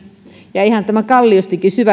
ja tämä kalliostakin